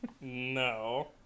No